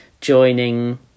joining